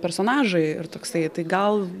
personažai ir toksai tai gal